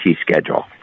schedule